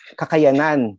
kakayanan